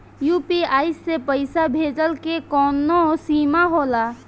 UPI से पईसा भेजल के कौनो सीमा होला?